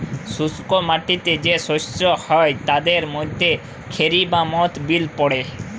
শুস্ক মাটিতে যে শস্য হ্যয় তাদের মধ্যে খেরি বা মথ বিল পড়ে